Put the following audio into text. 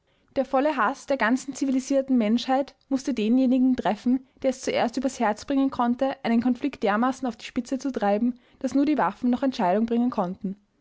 der volle haß der ganzen zivilisierten menschheit mußte denjenigen treffen der es zuerst übers herz bringen konnte einen konflikt dermaßen auf die spitze zu treiben daß nur die waffen noch entscheidung bringen konnten